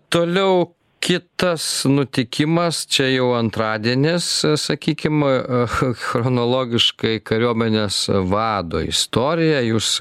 toliau kitas nutikimas čia jau antradienis sakykim ch chronologiškai kariuomenės vado istorija jūs